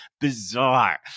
bizarre